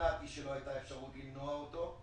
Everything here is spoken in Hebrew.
שוכנעתי שלא הייתה אפשרות למנוע אותו.